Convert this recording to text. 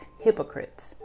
hypocrites